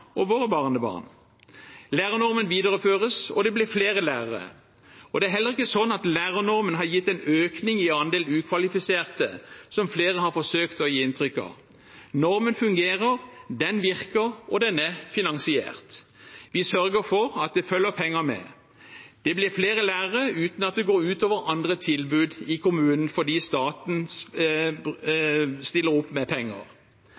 og våre barnebarn. Lærernormen videreføres, og det blir flere lærere. Det er ikke sånn at lærernormen har gitt en økning i andel ukvalifiserte, som flere har forsøkt å gi inntrykk av. Normen fungerer – den virker, og den er finansiert. Vi sørger for at det følger penger med. Det blir flere lærere uten at det går ut over andre tilbud i kommunen, fordi staten stiller opp med penger.